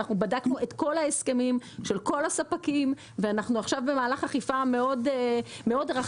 בדקנו את כל ההסכמים של כל הספקים ואנחנו עכשיו במהלך אכיפה מאוד רחב,